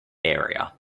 area